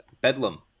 Bedlam